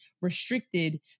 restricted